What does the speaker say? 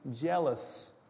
jealous